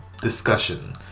discussion